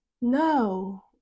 No